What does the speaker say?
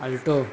alto